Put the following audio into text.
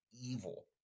evil